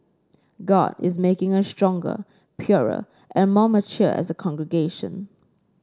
God is making us stronger purer and more mature as a congregation